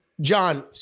John